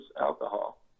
alcohol